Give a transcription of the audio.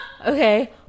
Okay